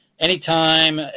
anytime